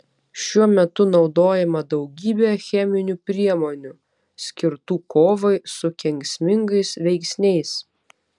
šiuo metu naudojama daugybė cheminių priemonių skirtų kovai su kenksmingais veiksniais